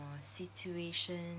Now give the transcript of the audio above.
situation